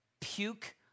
puke